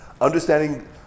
Understanding